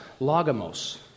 logamos